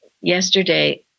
Yesterday